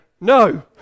no